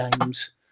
games